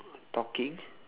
talking